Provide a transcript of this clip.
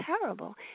terrible